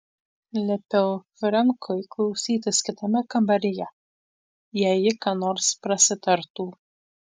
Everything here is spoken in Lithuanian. liepiau frenkui klausytis kitame kambaryje jei ji ką nors prasitartų